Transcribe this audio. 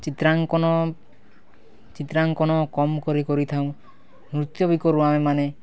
ଚିତ୍ରାଙ୍କନ ଚିତ୍ରାଙ୍କନ କମ୍ କରି କରିଥାଉଁ ନୃତ୍ୟ ବି କରୁ ଆମେମାନେ